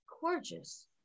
gorgeous